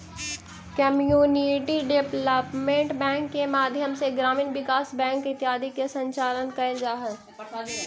community development bank के माध्यम से ग्रामीण विकास बैंक इत्यादि के संचालन कैल जा हइ